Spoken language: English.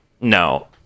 no